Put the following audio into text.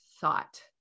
thought